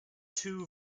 two